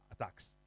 attacks